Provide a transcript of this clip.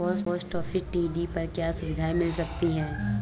Post office TD पर क्या सुविधाएँ मिल सकती है?